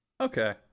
okay